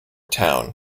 town